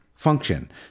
function